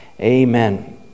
Amen